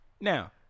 Now